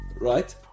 right